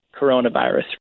coronavirus